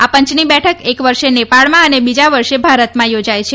આ પંચની બેઠક એક વર્ષે નેપાળમાં અને બીજા વર્ષે ભારતમાં યોજાય છે